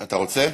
אתה רוצה?